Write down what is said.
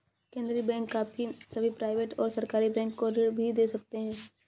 केन्द्रीय बैंक बाकी सभी प्राइवेट और सरकारी बैंक को ऋण भी दे सकते हैं